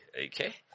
Okay